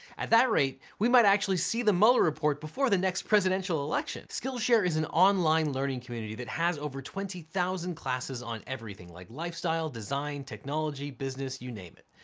at that rate, we might actually see the mueller report before the next presidential election. skillshare is an online learning community that has over twenty thousand classes on everything, like lifestyle, design, technology, business, you name it.